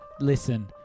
Listen